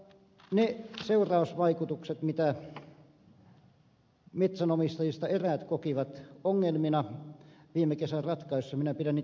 niitä seurausvaikutuksia joita metsänomistajista eräät kokivat ongelmina viime kesän ratkaisussa minä pidän pieninä asioina